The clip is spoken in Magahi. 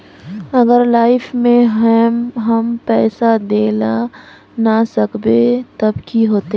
अगर लाइफ में हैम पैसा दे ला ना सकबे तब की होते?